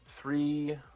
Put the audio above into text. three